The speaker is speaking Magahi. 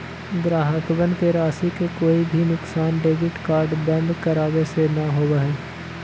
ग्राहकवन के राशि के कोई भी नुकसान डेबिट कार्ड बंद करावे से ना होबा हई